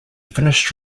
finished